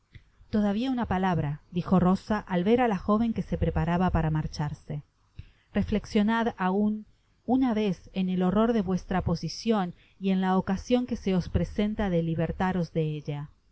todavia una palabra dijo rosa al ver á la jóven que se preparaba para marcharseheflecsionad aun una vez en él horror de vuestra posicion y en la ocasion que se os presenta de libertaros de ella